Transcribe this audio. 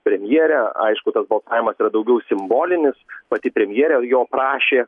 premjere aišku tas balsavimas yra daugiau simbolinis pati premjerė jo prašė